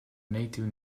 native